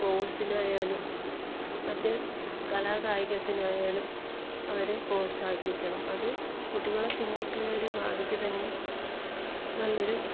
സ്പോർട്സിനായാലും മറ്റ് കലാകായികത്തിനായാലും അവരെ പ്രോത്സാഹിപ്പിക്കണം അത് കുട്ടികളുടെ പിന്നേക്കുള്ള ഒരു ഭാവിയിക്ക് തന്നെ നല്ലൊരു